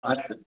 अच्छा